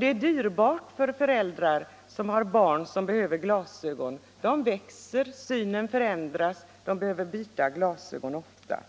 Det är dyrbart för föräldrar som har barn som behöver glasögon. Barnen växer, synen förändras och de behöver byta glasögon ofta.